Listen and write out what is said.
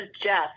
Jeff